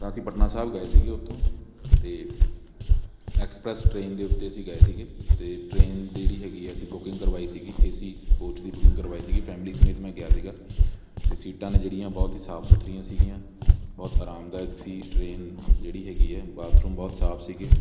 ਤਾਂ ਅਸੀਂ ਪਟਨਾ ਸਾਹਿਬ ਗਏ ਸੀਗੇ ਉੱਥੋਂ ਅਤੇ ਐਕਸਪ੍ਰੈਸ ਟ੍ਰੇਨ ਦੇ ਉੱਤੇ ਅਸੀਂ ਗਏ ਸੀਗੇ ਅਤੇ ਟ੍ਰੇਨ ਦੀ ਜਿਹੜੀ ਹੈਗੀ ਆ ਅਸੀਂ ਬੁਕਿੰਗ ਕਰਵਾਈ ਸੀਗੀ ਏ ਸੀ ਕੋਚ ਦੀ ਬੁਕਿੰਗ ਕਰਵਾਈ ਸੀਗੀ ਫੈਮਿਲੀ ਸਮੇਤ ਮੈਂ ਗਿਆ ਸੀਗਾ ਅਤੇ ਸੀਟਾਂ ਨੇ ਜਿਹੜੀਆਂ ਬਹੁਤ ਹੀ ਸਾਫ਼ ਸੁਥਰੀਆਂ ਸੀਗੀਆਂ ਬਹੁਤ ਆਰਾਮਦਾਇਕ ਸੀ ਟ੍ਰੇਨ ਜਿਹੜੀ ਹੈਗੀ ਹੈ ਬਾਥਰੂਮ ਬਹੁਤ ਸਾਫ਼ ਸੀਗੇ